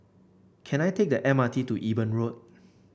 can I take the M R T to Eben Road